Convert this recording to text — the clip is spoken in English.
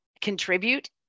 contribute